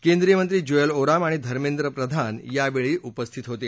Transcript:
केंद्रीय मंत्री ज्युएल ओराम आणि धर्मेंद्र प्रधान यावेळी उपस्थित होते